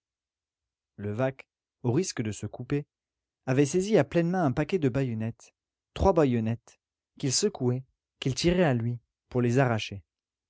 levaque au risque de se couper avait saisi à pleines mains un paquet de baïonnettes trois baïonnettes qu'il secouait qu'il tirait à lui pour les arracher